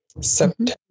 September